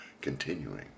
continuing